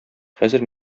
хәзер